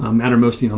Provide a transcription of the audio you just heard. ah mattermost, you know